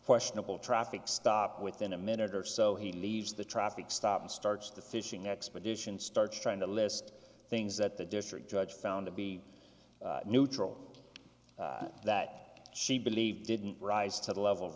questionable traffic stop within a minute or so he leaves the traffic stop and starts the fishing expedition starts trying to list things that the district judge found to be neutral that she believed didn't rise to the level of